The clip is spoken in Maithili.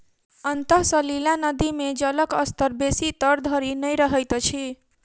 अंतः सलीला नदी मे जलक स्तर बेसी तर धरि नै रहैत अछि